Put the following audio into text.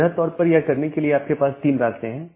वृहद तौर पर यह करने के लिए आपके पास 3 रास्ते हैं